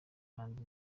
kandi